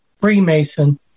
Freemason